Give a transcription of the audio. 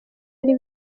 ari